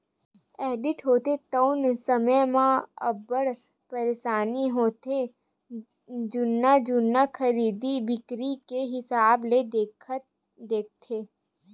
audit होथे तउन समे म अब्बड़ परसानी होथे जुन्ना जुन्ना खरीदी बिक्री के हिसाब ल देखथे